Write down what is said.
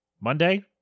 Monday